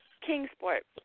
Kingsport